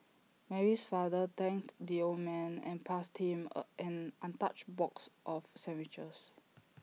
Mary's father thanked the old man and passed him an untouched box of sandwiches